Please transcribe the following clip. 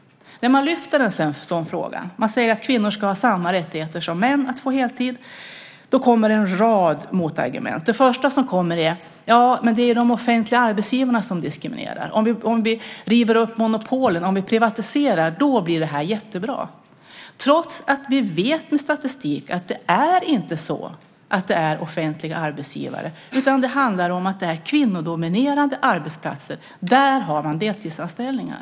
När man lyfter fram en sådan fråga och säger att kvinnor ska ha samma rättigheter som män att få heltid kommer en rad motargument. Det första är: Det är de offentliga arbetsgivarna som diskriminerar. Om vi river upp monopolen och privatiserar blir det jättebra. Av statistiken vet vi att det inte handlar om offentliga arbetsgivare. Det är på kvinnodominerade arbetsplatser som man har deltidsanställningar.